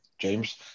James